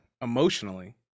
emotionally